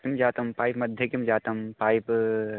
किं जातं पैप् मध्ये किं जातं पैप्